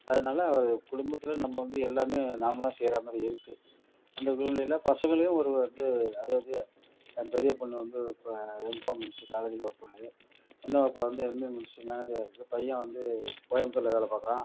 அதனால் குடும்பத்தில் நம்ம வந்து எல்லாம் நாம் தான் செய்கிற மாதிரி இருக்கு அந்த சூழ்நிலையில் பசங்களையும் ஒரு இது அது அது என் பெரிய பொண்ணு வந்து இப்போ எம்காம் முடிச்சுட்டு காலேஜில் வொர்க் பண்ணுது சின்ன பாப்பா வந்து எம்ஏ முடிச்சுட்டு மேனேஜராயிருக்கு பையன் வந்து கோயம்புத்தூரில் வேலை பாக்கிறான்